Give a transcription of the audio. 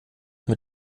mit